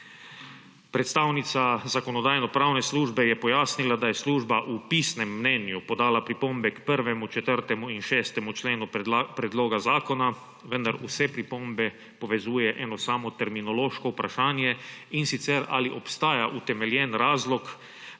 Predstavnica Zakonodajno-pravne službe je pojasnila, da je služba v pisnem mnenju podala pripombe k 1., 4. in 6. členu predloga zakona, vendar vse pripombe povezuje eno samo terminološko vprašanje, in sicer, ali obstaja utemeljen razlog,